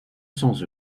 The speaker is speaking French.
sans